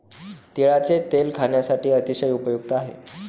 तिळाचे तेल खाण्यासाठी अतिशय उपयुक्त आहे